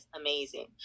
amazing